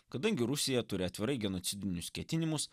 kadangi rusija turi atvirai genocidinius ketinimus